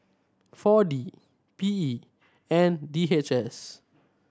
Four D P E and D H S